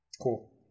Cool